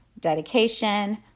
dedication